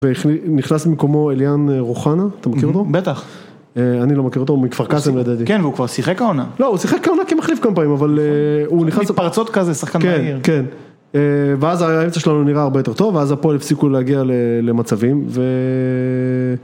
ונכנס במקומו אליאן רוחנה, אתה מכיר אותו? בטח. אני לא מכיר אותו, הוא מכפר קסם לדעתי. כן. והוא כבר שיחק העונה. לא, הוא שיחק העונה כמחליף כמה פעמים, אבל הוא נכנס... מפרצות כזה, שחקן מהיר כן, כן ואז האמצע שלנו נראה הרבה יותר טוב, ואז הפועל הפסיקו להגיע למצבים ו...